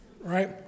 right